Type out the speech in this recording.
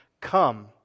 come